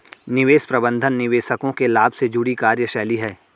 निवेश प्रबंधन निवेशकों के लाभ से जुड़ी कार्यशैली है